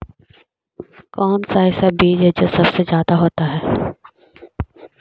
कौन सा ऐसा बीज है जो सबसे ज्यादा होता है?